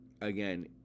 again